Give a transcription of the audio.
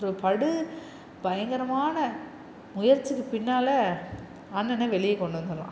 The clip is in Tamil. ஒரு படு பயங்கரமான முயற்சிக்கு பின்னால் அண்ணன வெளியே கொண்டு வந்துட்டுறான்